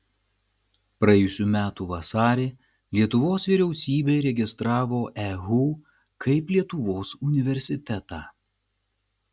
praėjusių metų vasarį lietuvos vyriausybė įregistravo ehu kaip lietuvos universitetą